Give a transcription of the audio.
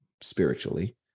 spiritually